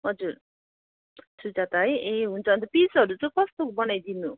हजुर सुजता है ए हुन्छ अन्त पिसहरू चाहिँ कस्तो बनाइदिनु